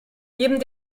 jedem